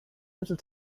little